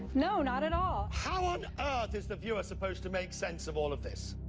no, not at all. how on ah earth is the viewer supposed to make sense of all of this?